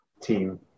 team